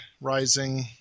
rising